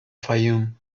fayoum